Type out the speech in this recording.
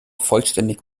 vollständig